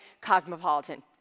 cosmopolitan